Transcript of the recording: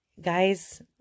guys